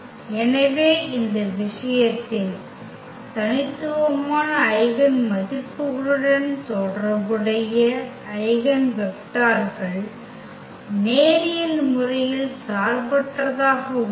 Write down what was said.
எனவே இந்த விஷயத்தில் தனித்துவமான ஐகென் மதிப்புக்களுடன் தொடர்புடைய ஐகென் வெக்டர்கள் நேரியல் முறையில் சார்பற்றதாக உள்ளன